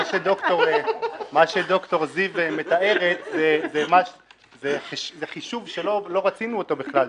מה שד"ר זיו מתארת זה חישוב שלא רצינו אותו בכלל.